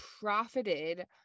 profited